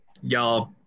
y'all